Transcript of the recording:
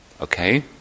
Okay